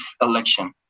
election